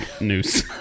noose